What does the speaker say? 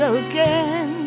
again